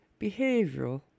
Behavioral